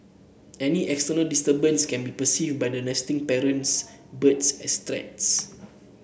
any external disturbance can be perceived by the nesting parents birds as threats